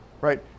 right